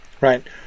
right